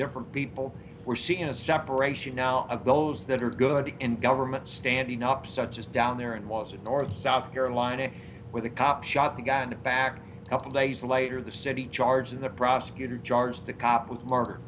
different people we're seeing a separation now of those that are good in government standing up such as down there and was in north carolina where the cops shot the guy in the back a couple days later the city charges the prosecutor charged the cop was murdered